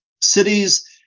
cities